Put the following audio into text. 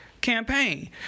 campaign